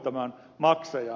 kallis totesi